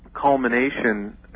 culmination